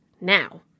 now